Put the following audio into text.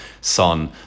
Son